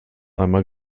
einmal